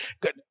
Good